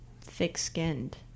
thick-skinned